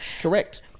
Correct